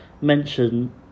mention